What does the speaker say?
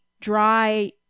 dry